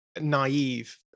naive